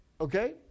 okay